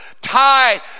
tie